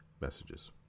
messages